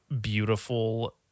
beautiful